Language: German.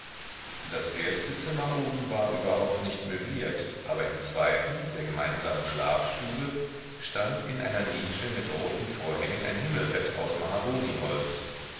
das erste zimmer oben war überhaupt nicht möbliert aber im zweiten der gemeinsamen schlafstube stand in einer nische mir roten vorhängen ein himmelbett aus mahagoniholz